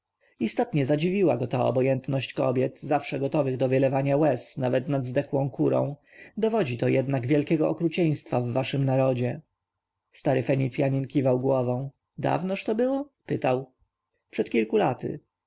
istotnie zadziwiła go ta obojętność kobiet zawsze gotowych do wylewania łez nawet nad zdechłą kurą dowodzi to jednak wielkiego okrucieństwa w waszym narodzie stary fenicjanin kiwał głową dawnoż to było spytał przed kilku laty